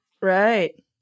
Right